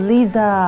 Lisa